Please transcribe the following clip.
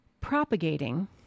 propagating